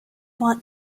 want